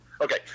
Okay